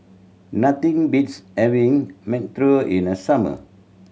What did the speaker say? nothing beats having mantou in the summer